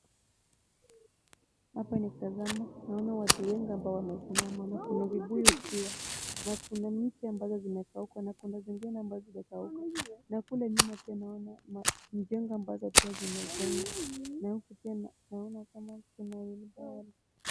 Hapa nikitazama naona watu wengi ambao wamesimama na kuna vibuyu pia. Na kuna miti ambazo zimekauka na kuna zingine ambazo, hazijakauka. Na kule nyuma naona pia mijengo ambayo imejengwa na huku pia naona kuna wili Paul.